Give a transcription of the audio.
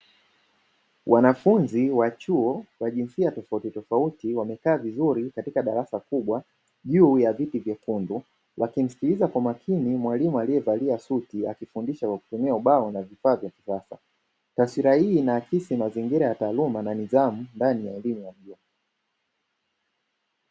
Wanafunzi wa chuo kwa jinsia tofautitofauti wamekaa vizuri katika darasa kubwa juu ya viti vyekundu, wakimsikiliza kwa makini mwalimu aliyevalia suti akifundisha kwa kutumia ubao na vifaa vya kisasa taswira hii inaakisi mazingira ya taaluma na nidhamu ndani ya elimu ya juu.